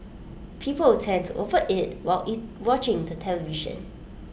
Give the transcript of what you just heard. people tend to overeat while eat watching the television